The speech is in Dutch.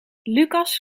lucas